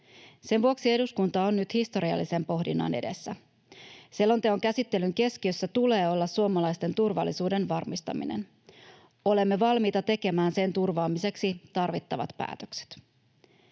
Sen vuoksi eduskunta on nyt historiallisen pohdinnan edessä. Selonteon käsittelyn keskiössä tulee olla suomalaisten turvallisuuden varmistaminen. Olemme valmiita tekemään sen turvaamiseksi tarvittavat päätökset.